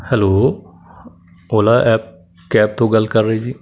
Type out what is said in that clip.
hello Ola app cab ਤੋਂ ਗੱਲ ਕਰ ਰਹੇ ਜੀ